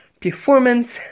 performance